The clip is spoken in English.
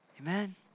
Amen